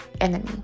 Enemy